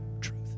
truth